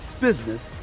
business